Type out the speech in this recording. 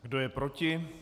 Kdo je proti?